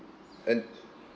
and